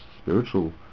spiritual